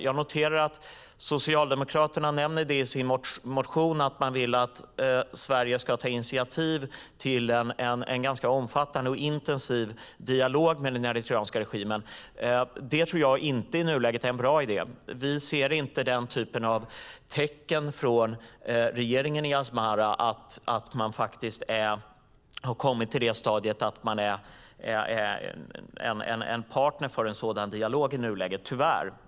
Jag noterar att Socialdemokraterna i sin motion nämner att man vill att Sverige ska ta initiativ till en ganska omfattande och intensiv dialog med den eritreanska regimen. Det tror jag inte är en bra idé i nuläget. Vi ser inte den typen av tecken från regeringen i Asmara, att den har kommit till det stadiet att den är en partner i en sådan dialog i nuläget, tyvärr.